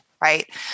right